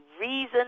reason